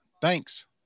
Thanks